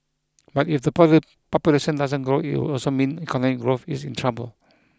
but if the population doesn't grow it would also mean economic growth is in trouble